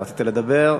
רצית לדבר?